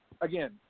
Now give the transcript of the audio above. again